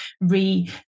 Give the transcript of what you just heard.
re